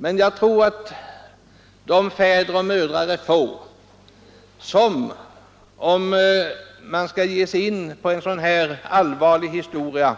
Jag tror emellertid att de fäder och mödrar är få som, om man skall ge sig in på en sådan här allvarlig historia,